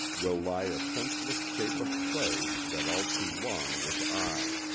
will lie a senseless shape of clay that all too long was i.